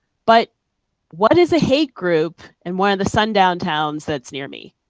but what is a hate group in one of the sundown towns that's near me?